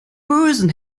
bösen